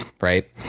right